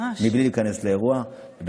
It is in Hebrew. בלי להיכנס לאירוע, ממש.